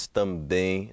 também